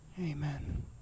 Amen